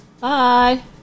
Bye